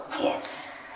Yes